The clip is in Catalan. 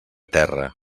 terra